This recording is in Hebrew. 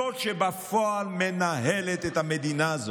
זאת שבפועל מנהלת את המדינה הזאת.